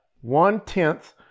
one-tenth